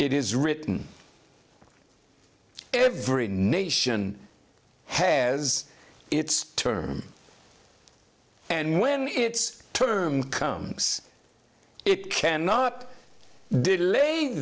it is written every nation has its term and when its term comes it can not delay